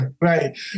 Right